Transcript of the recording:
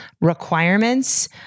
requirements